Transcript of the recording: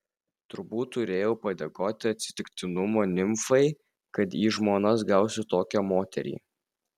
turbūt turėjau padėkoti atsitiktinumo nimfai kad į žmonas gausiu tokią moterį